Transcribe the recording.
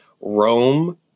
Rome